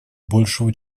большего